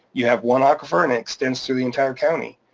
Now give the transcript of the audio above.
you have one aquifer and it extends to the entire county,